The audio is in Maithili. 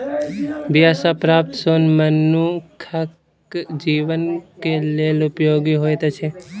बीया सॅ प्राप्त सोन मनुखक जीवन के लेल उपयोगी होइत अछि